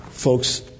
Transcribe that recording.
Folks